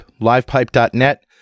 livepipe.net